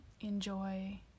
enjoy